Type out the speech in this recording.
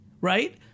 right